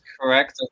correct